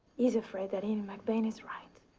is afraid that ian and mcbain is right.